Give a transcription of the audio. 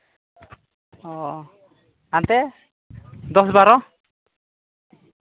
ᱚᱻ ᱦᱟᱱᱛᱮ ᱫᱚᱥ ᱵᱟᱨᱚ